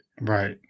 Right